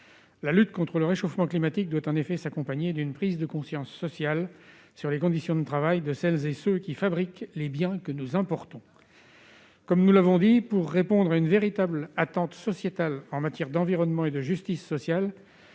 La lutte contre le réchauffement climatique doit s'accompagner d'une prise de conscience sociale sur les conditions de travail de ceux qui fabriquent les biens que nous importons. Nous l'avons rappelé, pour répondre à une véritable attente sociétale en matière d'environnement et de justice sociale,